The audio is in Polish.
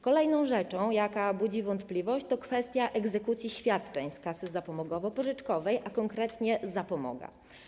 Kolejna rzecz, jaka budzi wątpliwość, to kwestia egzekucji świadczeń z kasy zapomogowo-pożyczkowej, a konkretnie - zapomogi.